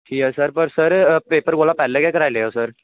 ठीक ऐ सर पर पेपर कोला पैह्लें गै कराई लैयो सर